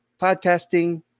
podcasting